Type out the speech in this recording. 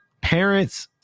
parents